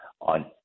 on